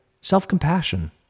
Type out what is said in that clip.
Self-compassion